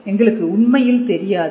எங்களுக்கு உண்மையில் தெரியாது